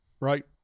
right